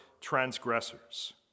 transgressors